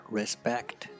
respect